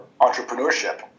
entrepreneurship